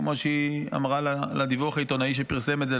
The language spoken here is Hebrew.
כמו שהיא אמרה לדיווח העיתונאי שפרסם את זה,